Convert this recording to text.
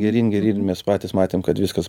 geryn geryn ir mes patys matėm kad viskas